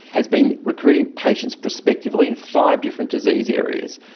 has been recruiting patients prospectively in five different disease areas,